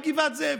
בגבעת זאב,